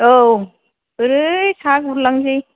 औ ओरै साहा गुरलांनोसै